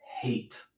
hate